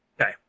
Okay